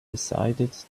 decided